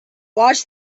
wash